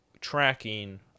tracking